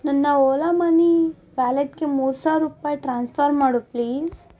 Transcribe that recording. ನನ್ನ ಓಲಾ ಮನಿ ವ್ಯಾಲೆಟ್ಗೆ ಮೂರು ಸಾವಿರ ರೂಪಾಯಿ ಟ್ರಾನ್ಸ್ಫರ್ ಮಾಡು ಪ್ಲೀಸ್